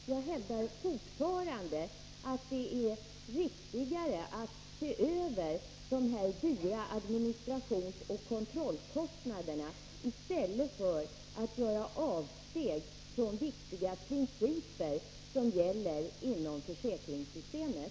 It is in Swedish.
Jag hävdar fortfarande att det är riktigare att se över dessa höga administrationsoch kontrollkostnader än att göra avsteg från viktiga principer som gäller inom försäkringssystemet.